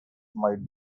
might